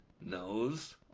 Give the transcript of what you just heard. knows